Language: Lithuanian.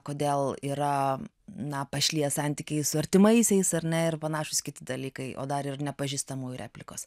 kodėl yra na pašliję santykiai su artimaisiais ar ne ir panašūs kiti dalykai o dar ir nepažįstamųjų replikos